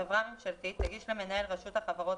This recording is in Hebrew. חברה ממשלתית תגיש למנהל רשות החברות